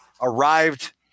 arrived